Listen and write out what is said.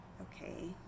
okay